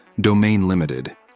domain-limited